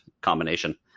combination